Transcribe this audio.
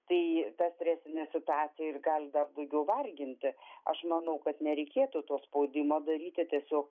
tai ta stresinė situacija ir gali dar daugiau varginti aš manau kad nereikėtų to spaudimo daryti tiesiog